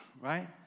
Right